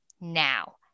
Now